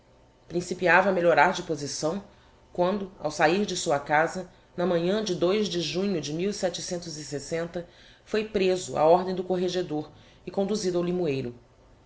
principiava a melhorar de posição quando ao sahir de sua casa na manhã de de junho de foi preso á ordem do corregedor e conduzido ao limoeiro